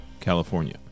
California